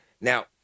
Now